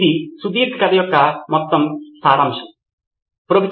మరియు ఆ ఒక్క సమాచారము విద్యార్థులందరికీ నేర్చుకోవటానికి అర్ధవంతముగా ఉంటుంది